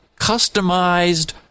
customized